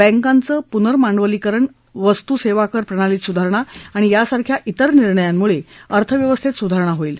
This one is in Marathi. बँकाचं पुनर्भांडवलीकरण वस्तू सेवा कर प्रणालीत सुधारणा आणि यासारख्या त्वर निर्णयामुळे अर्थव्यवस्थेत सुधारणा होईल